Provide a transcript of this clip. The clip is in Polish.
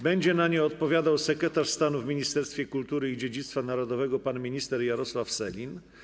Będzie na nie odpowiadał sekretarz stanu w Ministerstwie Kultury i Dziedzictwa Narodowego pan minister Jarosław Sellin.